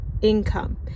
income